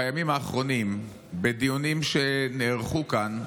בימים האחרונים, בדיונים שנערכו כאן,